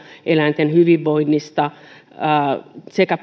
eläinten hyvinvoinnista sekä